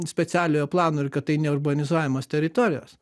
specialiojo plano ir kad tai neurbanizuojamos teritorijos